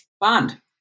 bond